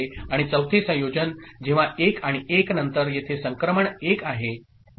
आणि चौथे संयोजन जेव्हा 1 आणि 1 नंतर येथे संक्रमण 1 आहे